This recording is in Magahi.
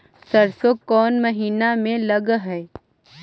सरसों कोन महिना में लग है?